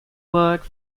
work